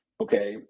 Okay